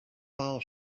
fall